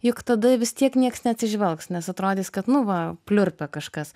juk tada vis tiek nieks neatsižvelgs nes atrodys kad nu va pliurpia kažkas